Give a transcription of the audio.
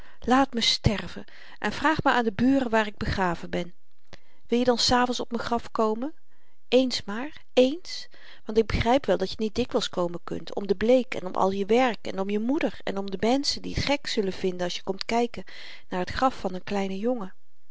laat me sterven en vraag maar aan de buren waar ik begraven ben wil je dan s avends op m'n graf komen eens maar ééns want ik begryp wel dat je niet dikwyls komen kunt om de bleek en om al je werk en om je moeder en om de menschen die t gek zullen vinden als je komt kyken naar t graf van n kleine jongen